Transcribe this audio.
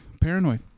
Paranoid